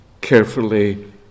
carefully